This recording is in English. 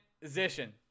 position